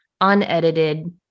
unedited